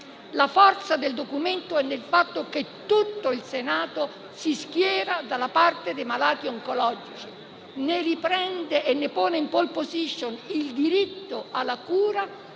La forza del documento risiede nel fatto che tutto il Senato si schiera dalla parte dei malati oncologici, ne riprende e ne pone in *pole position* il diritto alla cura,